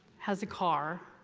has a car,